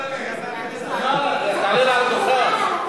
תעלה לדוכן.